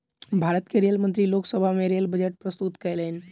भारत के रेल मंत्री लोक सभा में रेल बजट प्रस्तुत कयलैन